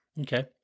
Okay